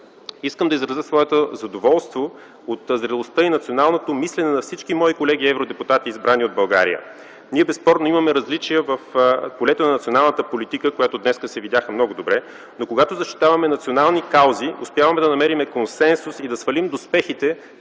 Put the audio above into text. Искам да изразя своето задоволство от зрелостта и националното мислене на всички мои колеги евродепутати избрани от България. Ние безспорно имаме различия в полето на националната политика, които днес се видяха много добре, но когато защитаваме национални каузи, успяваме да намерим консенсус и да свалим доспехите